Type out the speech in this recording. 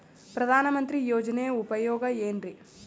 ಪ್ರಧಾನಮಂತ್ರಿ ಯೋಜನೆ ಉಪಯೋಗ ಏನ್ರೀ?